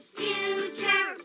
future